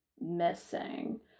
missing